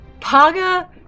Paga